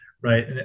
right